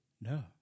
No